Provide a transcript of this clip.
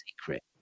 secret